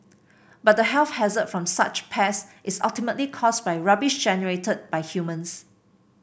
but the health hazard from such pests is ultimately caused by rubbish generated by humans